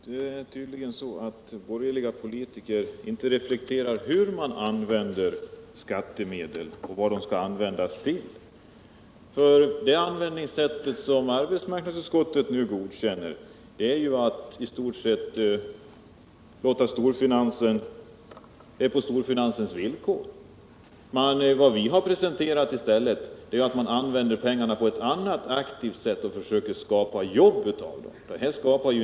Herr talman! Tydligen är det så att borgerliga politiker inte reflekterar över hur man använder skattemedel och över vad de skall användas till. Det användningssätt som arbetsmarknadsutskottet nu godkänner innebär att man i stort sett låter det hela ske på storfinansens villkor. Vad vi i stället har presenterat är att man använder pengarna på ett annat aktivt sätt och försöker skapa jobb.